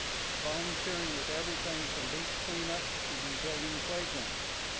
volunteering with everything from beach cleanups to rebuilding playgrounds.